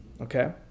Okay